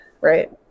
right